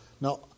Now